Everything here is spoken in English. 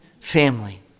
family